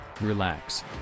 relax